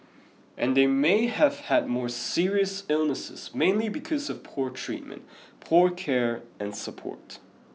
and they may have had more serious illnesses mainly because of poor treatment poor care and support